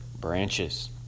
branches